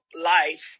life